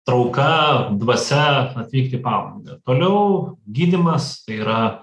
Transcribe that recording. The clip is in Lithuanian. trauka dvasia ateik į palangą toliau gydymas tai yra